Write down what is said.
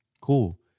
cool